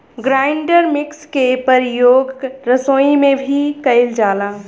grinder mixer के परियोग रसोई में भी कइल जाला